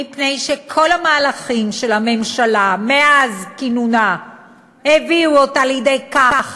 מפני שכל המהלכים של הממשלה מאז כינונה הביאו אותה לידי כך